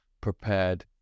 prepared